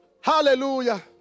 Hallelujah